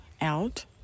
out